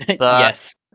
Yes